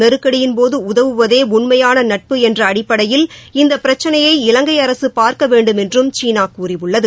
நெருக்கடியின்போது உதவுவதே உண்மையான நட்பு என்ற அடிப்படையில் இந்த பிரச்சனையை இலங்கை அரசு பார்க்க வேண்டும் என்றும் சீனா கூறியுள்ளது